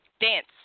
Dance